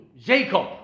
Jacob